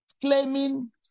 claiming